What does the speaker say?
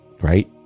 right